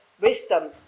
wisdom